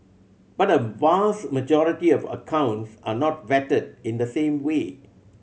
but a vast majority of accounts are not vetted in the same way